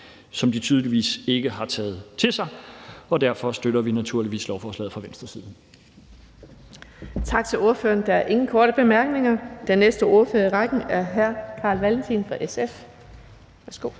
som de tydeligvis ikke har taget til sig. Derfor støtter vi naturligvis lovforslaget fra Venstres side. Kl. 13:55 Den fg. formand (Birgitte Vind): Tak til ordføreren. Der er ingen korte bemærkninger. Den næste ordfører i rækken er hr. Carl Valentin fra SF. Værsgo.